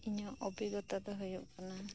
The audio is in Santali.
ᱤᱧᱟᱹᱜ ᱚᱵᱷᱤᱜᱽᱜᱚᱛᱟ ᱫᱚ ᱦᱩᱭᱩᱜ ᱠᱟᱱᱟ